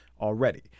already